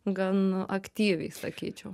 gan aktyviai sakyčiau